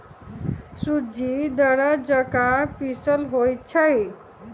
सूज़्ज़ी दर्रा जका पिसल होइ छइ